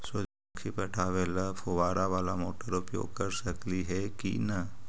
सुरजमुखी पटावे ल फुबारा बाला मोटर उपयोग कर सकली हे की न?